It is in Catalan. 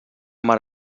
mar